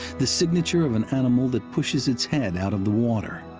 the signature of an animal that pushes its head out of the water.